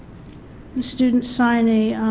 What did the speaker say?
the students sign a